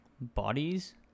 bodies